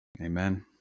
Amen